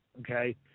Okay